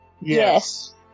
Yes